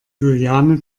juliane